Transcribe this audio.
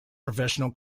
professional